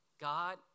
God